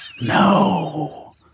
No